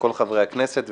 כל חברי הכנסת,